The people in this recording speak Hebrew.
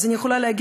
אני יכולה לומר: